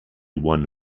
one